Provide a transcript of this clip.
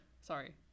sorry